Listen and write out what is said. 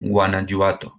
guanajuato